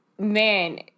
man